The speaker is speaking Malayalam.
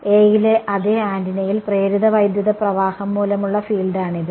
A യിലെ അതേ ആന്റിനയിൽ പ്രേരിത വൈദ്യുത പ്രവാഹം മൂലമുള്ള ഫീൽഡാണിത്